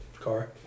Car